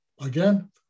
Again